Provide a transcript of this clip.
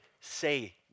say